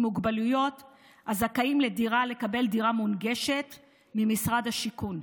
מוגבלויות הזכאים לקבל דירה מונגשת ממשרד השיכון.